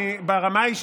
ברמה האישית,